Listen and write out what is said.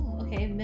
okay